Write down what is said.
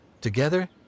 Together